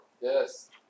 Yes